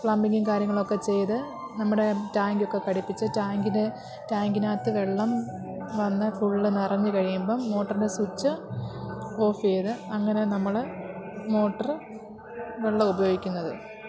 പ്ലംബിങ്ങും കാര്യങ്ങളും ഒക്കെ ചെയ്ത് നമ്മുടെ ടാങ്കൊക്കെ ഘടിപ്പിച്ച് ടാങ്കിൽ ടാങ്കിനകത്ത് വെള്ളം വന്ന് ഫുള്ള് നിറഞ്ഞ് കഴിയുമ്പം മോട്ടറിൻ്റെ സ്വിച്ച് ഓഫ് ചെയ്ത് അങ്ങനെ നമ്മൾ മോട്ടറ് വെള്ളം ഉപയോഗിക്കുന്നത്